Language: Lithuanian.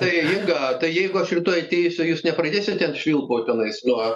tai inga tai jeigu aš rytoj ateisiu jūs nepradėsit ten švilpaut tenais nuo